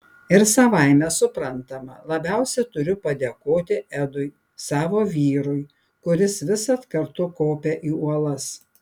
ir savaime suprantama labiausiai turiu padėkoti edui savo vyrui kuris visad kartu kopia į uolas